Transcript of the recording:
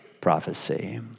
prophecy